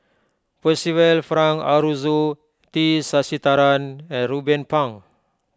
Percival Frank Aroozoo T Sasitharan and Ruben Pang